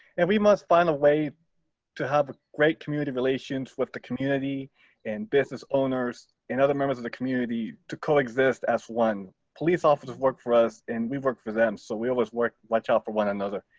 and we must find a way to have great community relations with the community and business owners and other members of the community to coexist as one. police officers work for us, and we've worked for them, so we always watch out for one another.